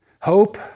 Hope